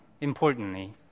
importantly